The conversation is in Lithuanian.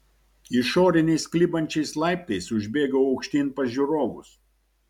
išoriniais klibančiais laiptais užbėgau aukštyn pas žiūrovus